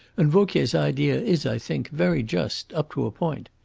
and vauquier's idea is, i think, very just, up to a point.